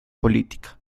política